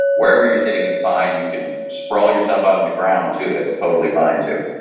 wherever you're sitting is fine, you can sprawl yourself out on the ground, too, it's totally fine, too.